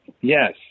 Yes